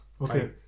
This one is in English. Okay